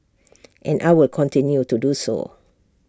and I will continue to do so